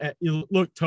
Look